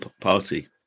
party